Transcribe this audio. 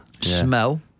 Smell